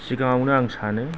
सिगाङावनो आं सानो